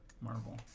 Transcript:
Marvel